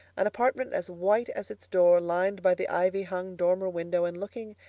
an apartment as white as its door, lighted by the ivy-hung dormer window and looking,